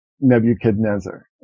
Nebuchadnezzar